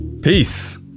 peace